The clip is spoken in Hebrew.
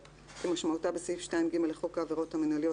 כמשמעותה בסעיף 2(ג) לחוק העבירות המנהליות,